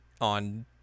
on